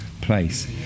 place